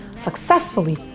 successfully